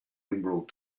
emerald